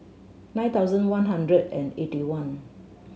nine thousand one hundred and eighty one